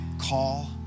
call